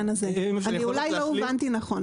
אולי לא הובנתי נכון.